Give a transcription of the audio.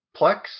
Plex